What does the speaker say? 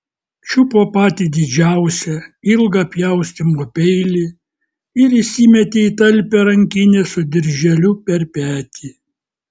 čiupo patį didžiausią ilgą pjaustymo peilį ir įsimetė į talpią rankinę su dirželiu per petį